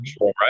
Right